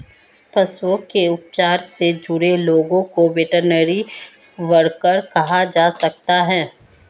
पशुओं के उपचार से जुड़े लोगों को वेटरनरी वर्कर कहा जा सकता है